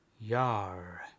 Yar